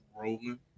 rolling